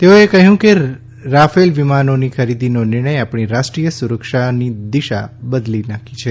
તેઓએ કહ્યું કે રફાલ વિમાનોની ખરીદીનો નિર્ણય આપણી રાષ્ટ્રીરીય સુરક્ષાનિ દિશા જ બદલી છે